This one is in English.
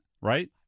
right